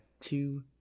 two